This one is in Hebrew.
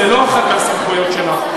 זו לא אחת מהסמכויות שלך.